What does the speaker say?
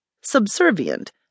subservient